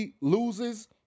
loses